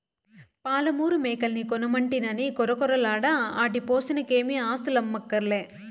పాలమూరు మేకల్ని కొనమంటినని కొరకొరలాడ ఆటి పోసనకేమీ ఆస్థులమ్మక్కర్లే